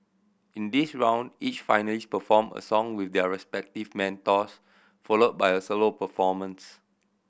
in this round each finalist perform a song with their respective mentors followed by a solo performance